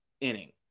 inning